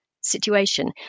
situation